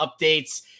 updates